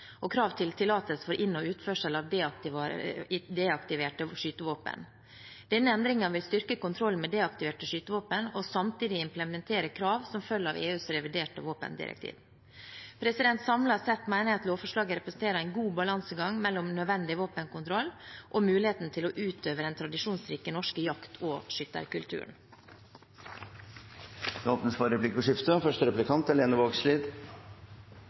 og krav til tillatelse for inn- og utførsel av deaktiverte skytevåpen. Denne endringen vil styrke kontrollen med deaktiverte skytevåpen og samtidig implementere krav som følger av EUs reviderte våpendirektiv. Samlet sett mener jeg at lovforslaget representerer en god balansegang mellom nødvendig våpenkontroll og muligheten til å utøve den tradisjonsrike norske jakt- og skytterkulturen. Det blir replikkordskifte.